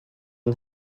yng